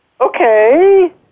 okay